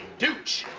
dootch.